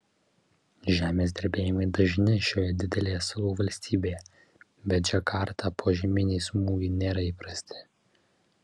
žemės drebėjimai dažni šioje didelėje salų valstybėje bet džakartą požeminiai smūgiai nėra įprasti